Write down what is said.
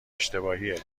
اشتباهیه